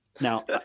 Now